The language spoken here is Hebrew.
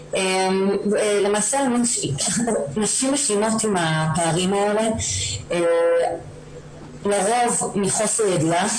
הציבורי ולמעשה נשים משלימות עם הפערים האלה לרוב מחוסר ידיעה